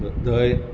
ध धंय